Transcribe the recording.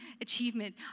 achievement